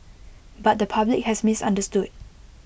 but the public has misunderstood